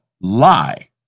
lie